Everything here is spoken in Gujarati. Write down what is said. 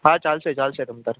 હા ચાલશે ચાલશે તમ તાર